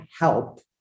help